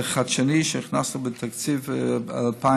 זה חדשני שהכנסנו בתקציב 2019